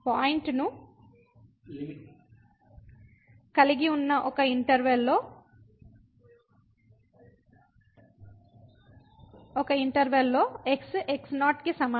పాయింట్ను కలిగి ఉన్న ఒక ఇంటర్వెల్ లో x x0 కి సమానం